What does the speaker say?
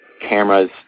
cameras